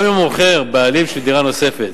גם אם המוכר הוא בעלים של דירה נוספת.